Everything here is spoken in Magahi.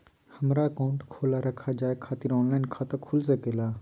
हमारा अकाउंट खोला रखा जाए खातिर ऑनलाइन खाता खुल सके ला?